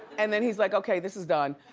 and then he's like okay this is done.